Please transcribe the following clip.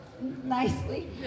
nicely